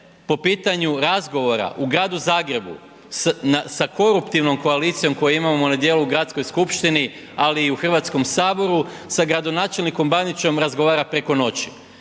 po pitanju razgovora u gradu Zagrebu sa koruptivnom koalicijom koju imamo na djelu u gradskoj skupštini, ali i u Hrvatskome saboru, sa gradonačelnikom Bandićem razgovara preko noći.